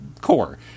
core